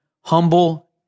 Humble